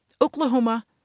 Oklahoma